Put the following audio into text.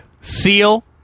seal